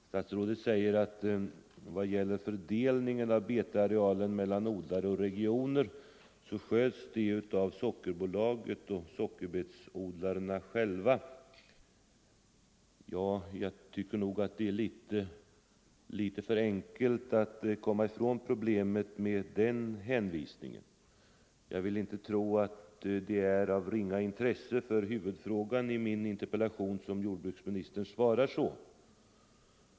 Statsrådet säger att ”vad gäller fördelningen av betarealen mellan odlare och regioner sköts den av Sockerbolaget och sockerbetsodlarna själva”. Jag tycker att det är litet för enkelt att försöka komma ifrån problemet med den hänvisningen, men jag vill inte tro att det är på grund av ringa intresse för huvudfrågan i min interpellation som jordbruksministern svarar så.